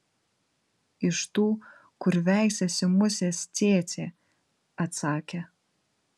iš tų kur veisiasi musės cėcė atsakė